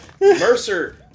mercer